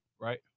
Right